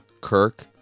Kirk